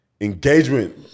engagement